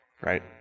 Right